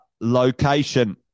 location